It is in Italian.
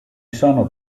sono